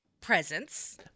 presents